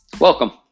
Welcome